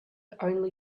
only